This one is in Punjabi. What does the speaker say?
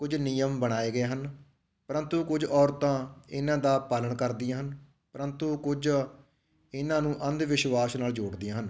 ਕੁਝ ਨਿਯਮ ਬਣਾਏ ਗਏ ਹਨ ਪਰੰਤੂ ਕੁਝ ਔਰਤਾਂ ਇਹਨਾਂ ਦਾ ਪਾਲਣ ਕਰਦੀਆਂ ਹਨ ਪਰੰਤੂ ਕੁਝ ਇਹਨਾਂ ਨੂੰ ਅੰਧ ਵਿਸ਼ਵਾਸ ਨਾਲ ਜੋੜਦੀਆਂ ਹਨ